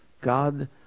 God